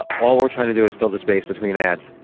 ah all we're trying to do is fill the space between ads.